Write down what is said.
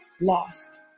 lost